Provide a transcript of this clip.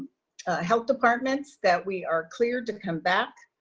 health departments that we are cleared to come back.